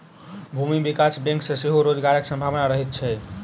भूमि विकास बैंक मे सेहो रोजगारक संभावना रहैत छै